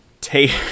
take